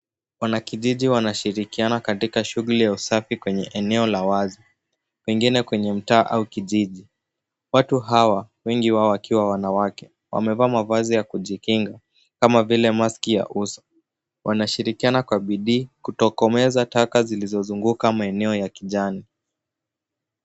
Wanakijiji wanashirikiana katika shughuli ya usafi kwenye eneo la wazi pengine kwenye mtaa au kiijiji. Watu hawa, wengi wao wakiwa wanawake wamevaa mavazi ya kujikinga kama vile maski ya uso. Wanashirikiana kwa bidii kutokomeza taka zilizozunguka maeneo ya kijani.